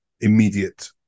immediate